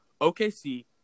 OKC